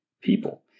people